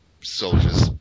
Soldiers